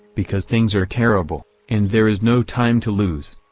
because things are terrible, and there is no time to lose.